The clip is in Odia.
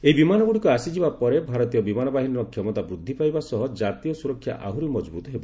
ଏହି ବିମାନ ଗୁଡ଼ିକ ଆସିଯିବା ପରେ ଭାରତୀୟ ବିମାନ ବାହିନୀର କ୍ଷମତା ବୃଦ୍ଧି ପାଇବା ସହ ଜାତୀୟ ସୁରକ୍ଷା ଆହୁରି ମଜବୁତ ହେବ